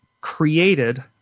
created